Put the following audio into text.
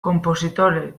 konpositore